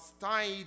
tied